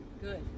Good